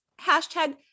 hashtag